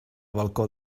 balcó